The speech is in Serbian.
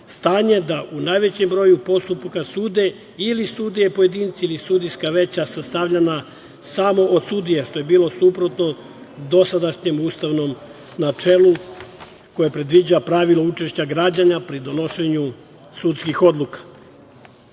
stanje da u najvećem broju postupaka sude ili sudije pojedinci ili sudijska veća sastavljena samo od sudija, što je bilo suprotno dosadašnjem ustavnom načelu koje predviđa pravilo učešća građana pri donošenju sudskih odluka. Visoki